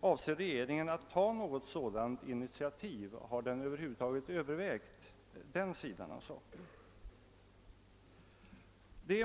Avser regeringen att ta något sådant initiativ? Har den över huvud taget övervägt den sidan av saken?